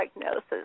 diagnosis